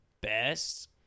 best